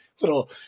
little